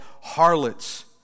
harlots